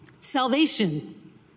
Salvation